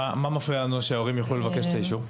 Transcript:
מה מפריע לנו שההורים יוכלו לבקש את האישור?